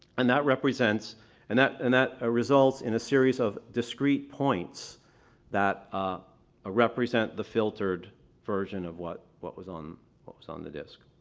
and that represents and that and that ah results in a series of discreet points that ah ah represent the filtered version of what what was on what was on the disc.